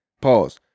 Pause